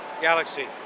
Galaxy